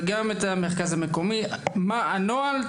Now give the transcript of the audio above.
וגם את המרכז המקומי מה הנוהל,